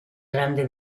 grande